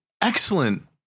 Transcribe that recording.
excellent